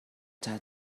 that